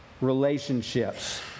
relationships